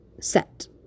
Set